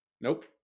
Nope